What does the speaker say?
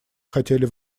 хотели